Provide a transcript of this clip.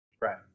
Right